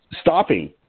Stopping